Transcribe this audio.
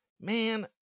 Man